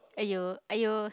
!aiyo! !aiyo!